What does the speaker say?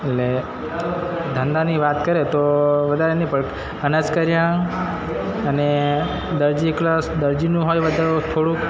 એટલે ધંધાની વાત કરે તો વધારે નહીં પણ અનાજ કરીયાણું અને દરજી કલાસ દરજીનું હોય વધારે થોડુંક